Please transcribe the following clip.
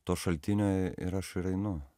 to šaltinio ir aš ir einu